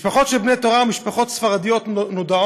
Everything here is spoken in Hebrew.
משפחות של בני תורה ומשפחות ספרדיות נודעות.